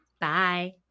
Bye